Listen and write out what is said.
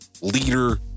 leader